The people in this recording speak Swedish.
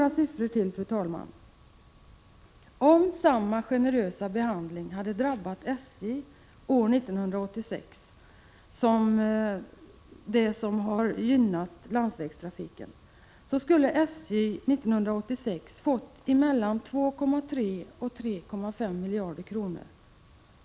Jag vill nämna ytterligare några siffror. Om samma generösa behandling som har gynnat landsvägstrafiken hade ”drabbat” SJ år 1986 skulle SJ detta år ha fått mellan 2,3 och 3,5 miljarder kronor.